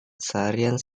seharian